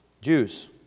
Jews